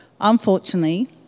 Unfortunately